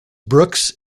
brookes